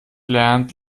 lernt